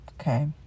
okay